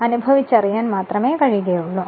അത് അനുഭവിച്ചറിയാൻ മാത്രമേ കഴിയുകയുള്ളൂ